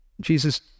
Jesus